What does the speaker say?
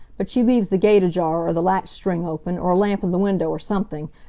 but she leaves the gate ajar or the latch-string open, or a lamp in the window, or something,